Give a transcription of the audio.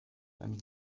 ein